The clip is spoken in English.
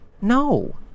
No